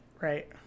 right